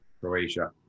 croatia